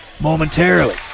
momentarily